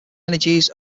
energies